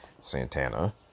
santana